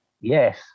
Yes